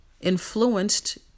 influenced